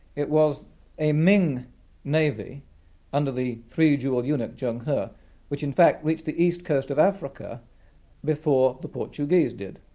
it was a ming navy under the three jewel eunuch zheng he which in fact reached the east coast of africa before the portuguese did.